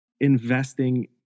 Investing